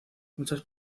muchas